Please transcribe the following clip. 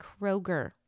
Kroger